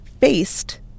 faced